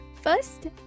First